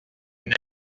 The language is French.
une